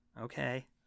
Okay